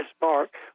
Mark